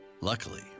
Luckily